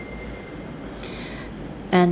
and